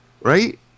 right